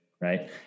Right